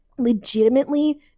legitimately